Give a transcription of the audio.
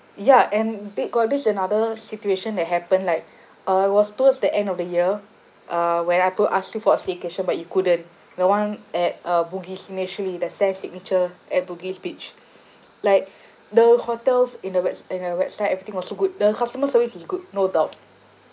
ya and they got this another situation that happened like uh it was towards the end of the year uh when I told azli for a staycation but you couldn't the one at uh bugis the saint signature at bugis beach like the hotel's in the webs~ in the website everything was so good the customer service is good no doubt